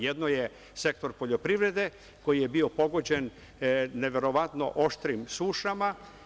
Jedno je sektor poljoprivrede, koji je bio pogođen neverovatno oštrim sušama.